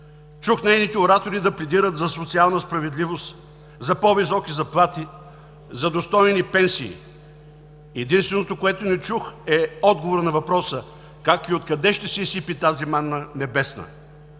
Чух нейните оратори да пледират за социална справедливост, за по-високи заплати, за достойни пенсии. Единственото, което не чух, е отговорът на въпроса: как и откъде ще се изсипе тази манна небесна?